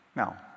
Now